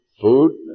food